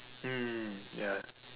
mm ya